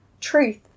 truth